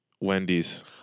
Wendy's